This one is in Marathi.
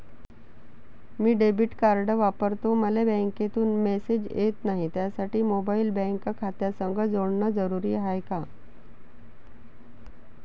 मी डेबिट कार्ड वापरतो मले बँकेतून मॅसेज येत नाही, त्यासाठी मोबाईल बँक खात्यासंग जोडनं जरुरी हाय का?